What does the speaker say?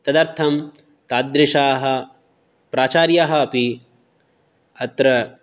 तदर्थं तादृशाः प्राचार्याः अपि अत्र